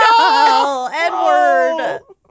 Edward